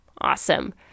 Awesome